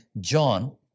John